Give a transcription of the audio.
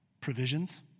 provisions